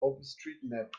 openstreetmap